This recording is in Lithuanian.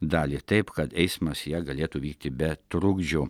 dalį taip kad eismas ja galėtų vykti be trukdžių